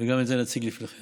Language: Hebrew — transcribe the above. וגם את זה נציג לפניכם.